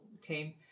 team